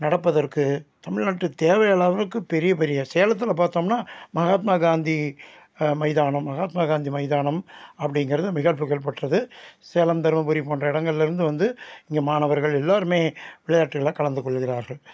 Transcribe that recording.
நடப்பதற்கு தமிழ்நாட்டு தேவை அளவுக்கு பெரிய பெரிய சேலத்தில் பார்த்தோம்னா மகாத்மா காந்தி மைதானம் மகாத்மா காந்தி மைதானம் அப்படிங்கிறது மிகப் புகழ்பெற்றது சேலம் தர்மபுரி போன்ற இடங்கள்லேருந்து வந்து இங்கே மாணவர்கள் எல்லோரும் விளையாட்டுகளில் கலந்துக்கொள்கிறார்கள்